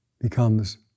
becomes